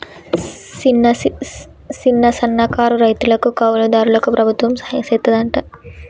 సిన్న, సన్నకారు రైతులకు, కౌలు దారులకు ప్రభుత్వం సహాయం సెత్తాదంట